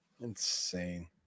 Insane